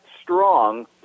strong